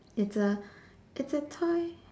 it's a it's a toy